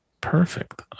Perfect